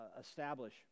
establish